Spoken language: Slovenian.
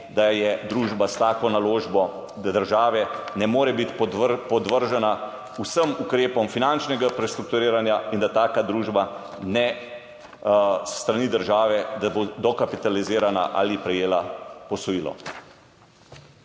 da družba s tako naložbo do države ne more biti podvržena vsem ukrepom finančnega prestrukturiranja in da bo taka družba s strani države dokapitalizirana ali prejela posojilo.